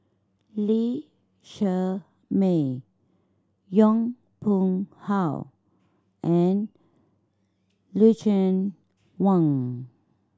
Lee Shermay Yong Pung How and Lucien Wang